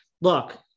Look